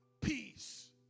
peace